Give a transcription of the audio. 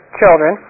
children